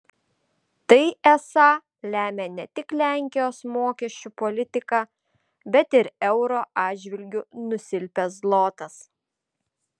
tai esą lemia ne tik lenkijos mokesčių politika bet ir euro atžvilgiu nusilpęs zlotas